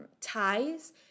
ties